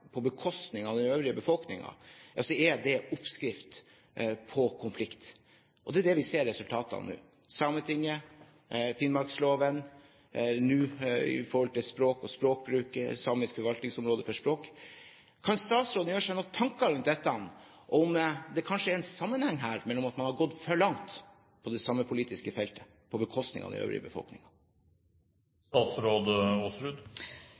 på bekostning av den øvrige befolkningen, ja så er det en oppskrift på konflikt. Og det er det vi ser resultatet av nå: Sametinget, finnmarksloven, og nå i forhold til språk og språkbruk og samisk forvaltningsområde for språk. Kan statsråden gjøre seg noen tanker rundt dette? Er det kanskje en sammenheng her med at man har gått for langt på det samepolitiske feltet på bekostning av den øvrige